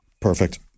Perfect